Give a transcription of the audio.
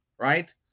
right